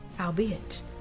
albeit